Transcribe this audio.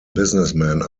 businessman